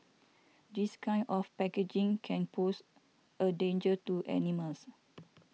this kind of packaging can pose a danger to animals